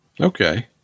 Okay